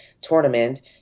tournament